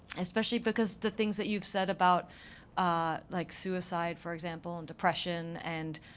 especially because the things that you've said about ah like suicide, for example, and depression and